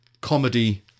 comedy